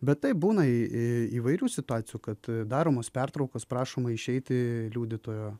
bet taip būna į įvairių situacijų kad daromos pertraukos prašoma išeiti liudytojo